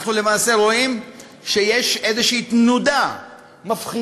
אנחנו למעשה רואים שיש איזו תנודה מפחידה